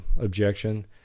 objection